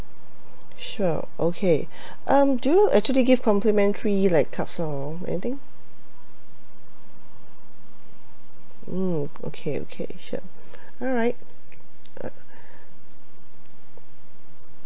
sure okay um do you actually give complementary like cups or anything mm okay okay sure alright